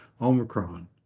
Omicron